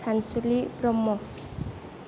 Sansuli Brahma